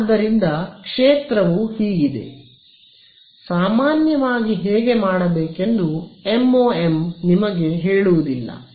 ಆದ್ದರಿಂದ ಕ್ಷೇತ್ರವು ಹೀಗಿದೆ ಸಾಮಾನ್ಯವಾಗಿ ಹೇಗೆ ಮಾಡಬೇಕೆಂದು MoM ನಿಮಗೆ ಹೇಳುವುದಿಲ್ಲ